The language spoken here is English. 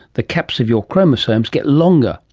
the caps of your chromosomes, get longer,